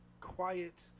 quiet